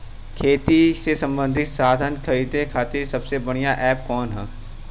खेती से सबंधित साधन खरीदे खाती सबसे बढ़ियां एप कवन ह?